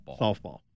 Softball